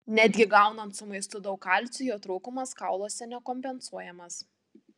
netgi gaunant su maistu daug kalcio jo trūkumas kauluose nekompensuojamas